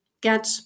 get